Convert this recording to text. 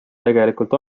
tegelikult